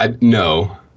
No